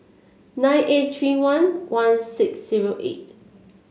nine eight three one one six zero eight